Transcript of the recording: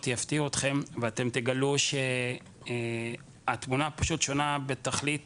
יפתיעו אתכם ואתם תגלו שהתמונה פשוט שונה בתכלית